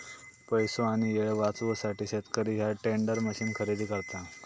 पैसो आणि येळ वाचवूसाठी शेतकरी ह्या टेंडर मशीन खरेदी करता